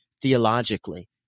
theologically